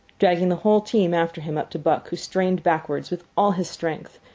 dragging the whole team after him up to buck, who strained backward with all his strength,